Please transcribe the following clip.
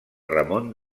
ramon